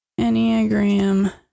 Enneagram